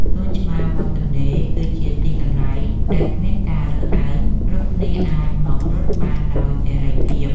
សួនច្បារមាត់ទន្លេគឺជាទីកន្លែងដែលគ្មានការរើសអើង គ្រប់គ្នាអាចមករត់បានដោយសេរីភាព។